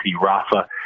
Rafa